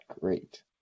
great